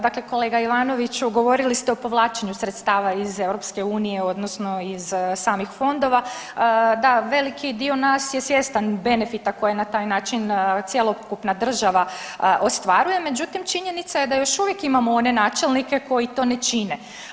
Dakle, kolega Ivanoviću govorili ste o povlačenju sredstava iz EU odnosno iz samih fondova, da veliki dio nas je svjestan benefita koje na taj način cjelokupna država ostvaruje, međutim činjenica je da još uvijek imamo one načelnike koji to ne čine.